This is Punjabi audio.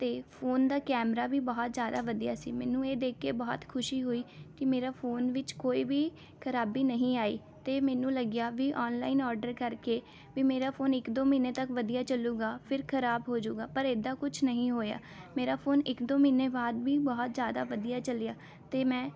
ਅਤੇ ਫੋਨ ਦਾ ਕੈਮਰਾ ਵੀ ਬਹੁਤ ਜ਼ਿਆਦਾ ਵਧੀਆ ਸੀ ਮੈਨੂੰ ਇਹ ਦੇਖ ਕੇ ਬਹੁਤ ਖੁਸ਼ੀ ਹੋਈ ਕਿ ਮੇਰੇ ਫੋਨ ਵਿੱਚ ਕੋਈ ਵੀ ਖਰਾਬੀ ਨਹੀਂ ਆਈ ਅਤੇ ਮੈਨੂੰ ਲੱਗਿਆ ਵੀ ਆਨਲਾਈਨ ਆਰਡਰ ਕਰਕੇ ਵੀ ਮੇਰਾ ਫੋਨ ਇੱਕ ਦੋ ਮਹੀਨੇ ਤੱਕ ਵਧੀਆ ਚੱਲੇਗਾ ਫਿਰ ਖਰਾਬ ਹੋਜੂਗਾ ਪਰ ਏਦਾਂ ਕੁਛ ਨਹੀਂ ਹੋਇਆ ਮੇਰਾ ਫੋਨ ਇੱਕ ਦੋ ਮਹੀਨੇ ਬਾਅਦ ਵੀ ਬਹੁਤ ਜ਼ਿਆਦਾ ਵਧੀਆ ਚੱਲਿਆ ਅਤੇ ਮੈਂ